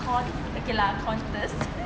qua~ okay lah qantas